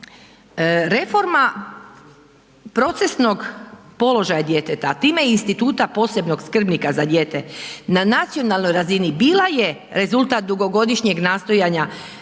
reforma procesnog položaja djeteta a time i instituta posebnog skrbnika za dijete, na nacionalnoj razini bila je rezultat dugogodišnjeg nastojanja